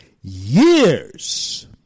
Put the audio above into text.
years